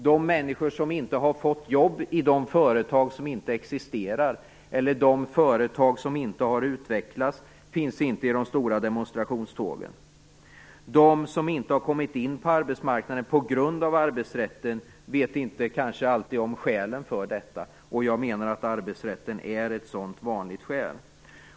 De människor som inte har fått jobb i de företag som inte existerar eller de företag som inte har utvecklats finns inte i de stora demonstrationstågen. De som inte har kommit in på arbetsmarknaden på grund av arbetsrätten vet kanske inte alltid vad skälen till detta är. Jag menar att arbetsrätten är ett sådant vanligt skäl.